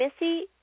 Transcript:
Missy